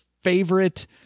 favorite